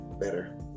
better